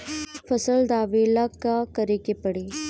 फसल दावेला का करे के परी?